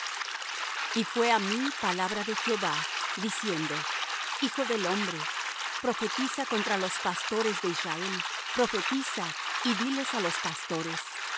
y fué á mí palabra de jehová diciendo hijo del hombre profetiza contra los pastores de israel profetiza y diles á los pastores así